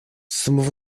самого